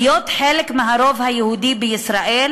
להיות חלק מהרוב היהודי בישראל,